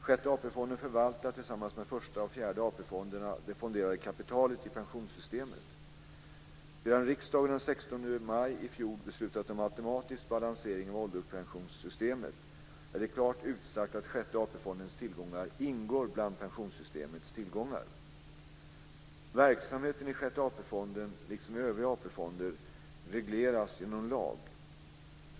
Sjätte AP-fonden förvaltar, tillsammans med Första-Fjärde AP 2000/01:70) är det klart utsagt att Sjätte AP-fondens tillgångar ingår bland pensionssystemets tillgångar. AP-fonder, regleras genom lag.